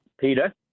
Peter